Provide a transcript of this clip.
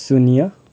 शून्य